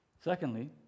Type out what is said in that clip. Secondly